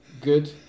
good